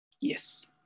Yes